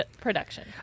production